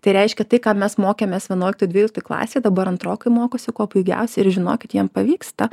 tai reiškia tai ką mes mokėmės vienuoliktoje dvyliktoje klasėje dabar antrokai mokosi kuo puikiausiai ir žinokit jiems pavyksta